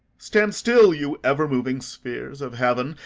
stand still, you ever-moving spheres of heaven,